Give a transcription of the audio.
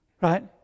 Right